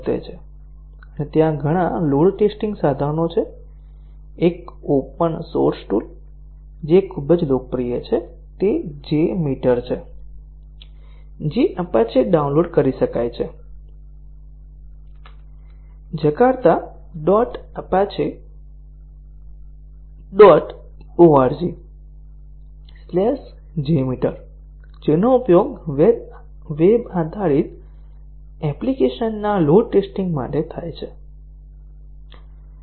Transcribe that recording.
અને ત્યાં ઘણા લોડ ટેસ્ટીંગ સાધનો છે એક ઓપન સોર્સ ટૂલ જે ખૂબ જ લોકપ્રિય છે તે J મીટર છે જે અપાચે ડાઉનલોડ કરી શકાય છે Jakarta dot Apache dot O R G JMeter જેનો ઉપયોગ વેબ આધારિત એપ્લિકેશન્સના લોડ ટેસ્ટિંગ માટે થાય છે